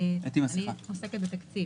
אני עוסקת בתקציב